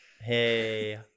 hey